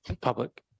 public